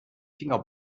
finger